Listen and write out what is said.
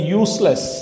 useless